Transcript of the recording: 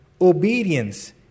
Obedience